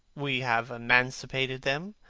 we have emancipated them,